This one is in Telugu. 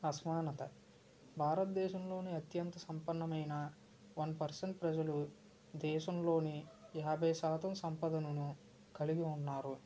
అసమానత భారతదేశంలో అత్యంత సంపన్నమైన వన్ పర్సెంట్ ప్రజలు దేశంలోని యాభై శాతం సంపదనను కలిగి ఉన్నారు